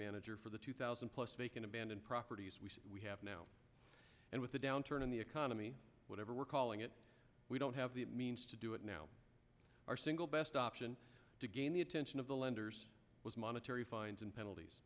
manager for the two thousand plus vacant abandoned properties we have now and with the downturn in the economy whatever we're calling it we don't have the means to do it now our single best option to gain the attention of the lenders was monetary fines and penalties